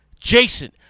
Jason